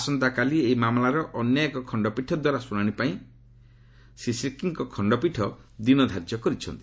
ଆସନ୍ତାକାଲି ଏହି ମାମଲାର ଅନ୍ୟଏକ ଖଶ୍ତପୀଠ ଦ୍ୱାରା ଶୁଣାଣି ପାଇଁ ଶ୍ରୀ ସିକ୍ରିଙ୍କ ଖଣ୍ଡପୀଠ ଦିନ ଧାର୍ଯ୍ୟ କରିଛନ୍ତି